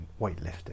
weightlifting